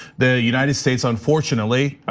the united states unfortunately,